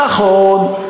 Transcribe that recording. נכון.